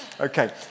Okay